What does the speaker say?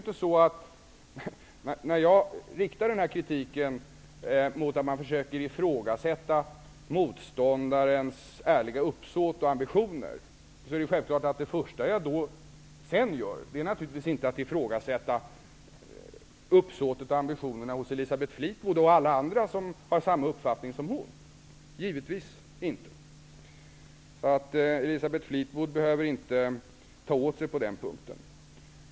När jag har riktat kritik mot dem som försöker ifrågasätta motståndarens ärliga uppsåt och ambitioner, är det självklart att det första jag sedan gör inte är att ifrågasätta uppsåtet och ambitionerna hos Elisabeth Fleetwood och alla andra som har samma uppfattning som hon. Elisabeth Fleetwood behöver inte ta åt sig på den punkten.